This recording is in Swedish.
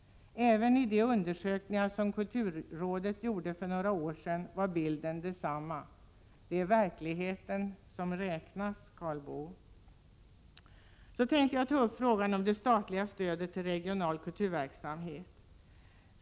Även i de undersökningar som kulturrådet gjorde för några år sedan var bilden densamma. Det är verkligheten som räknas, Karl Boo. Jag tänker nu ta upp frågan om det statliga stödet till regional kulturverksamhet.